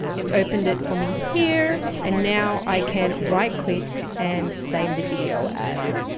it's opened it for me here and now i can right click and save the video as,